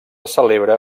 celebra